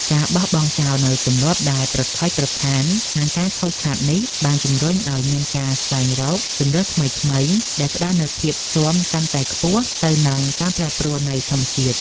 ការបោះបង់ចោលនូវទម្លាប់ដែលប្រថុយប្រថាននឹងការខូចខាតនេះ បានជំរុញឱ្យមានការស្វែងរកជម្រើសថ្មីៗដែលផ្ដល់នូវភាពស៊ាំកាន់តែខ្ពស់ទៅនឹងការប្រែប្រួលនៃធម្មជាតិ។